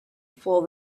fool